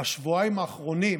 בשבועיים האחרונים,